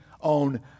on